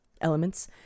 Elements